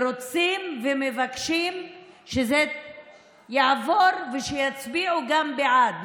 רוצים ומבקשים שזה יעבור ושיצביעו גם בעד,